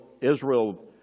Israel